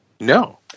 No